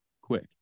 quick